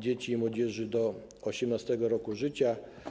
dzieci i młodzieży do 18. roku życia.